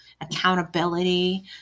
accountability